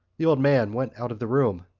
the old man went out of the room.